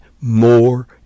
more